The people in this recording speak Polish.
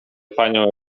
panią